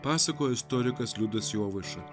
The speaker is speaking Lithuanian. pasakojo istorikas liudas jovaiša